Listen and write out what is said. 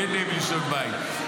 אין לשון בית.